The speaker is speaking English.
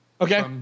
Okay